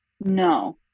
no